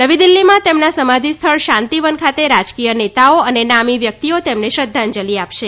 નવી દિલ્હીમાં તેમના સમાધિ સ્થળ શાંતિવન ખાતે રાજકીય નેતાઓ અને નામી વ્યક્તિઓ તેમને શ્રધ્ધાંજલિ આપશે